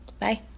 Bye